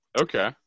okay